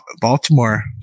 Baltimore